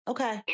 Okay